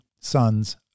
sons